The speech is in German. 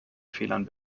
fehlern